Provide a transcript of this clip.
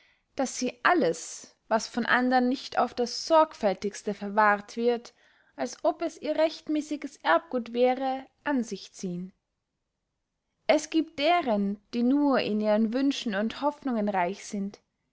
daß sie alles was von andern nicht auf das sorgfältigste verwahrt wird als ob es ihr rechtmäßiges erbgut wäre an sich ziehen es giebt deren die nur in ihren wünschen und hoffnungen reich sind